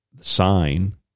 sign